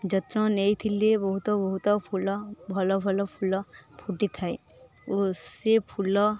ଯତ୍ନ ନେଇଥିଲେ ବହୁତ ବହୁତ ଫୁଲ ଭଲ ଭଲ ଫୁଲ ଫୁଟିଥାଏ ଓ ସେ ଫୁଲ